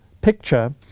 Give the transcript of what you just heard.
picture